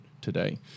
today